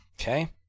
Okay